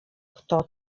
kto